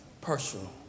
personal